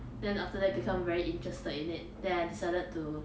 then after that become very interested in it then decided to